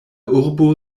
urbo